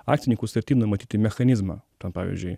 akcininkų sutarty numatyti mechanizmą ten pavyzdžiui